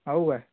हो काय